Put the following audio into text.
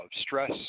stress